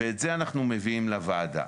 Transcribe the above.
את זה אנחנו מביאים לוועדה,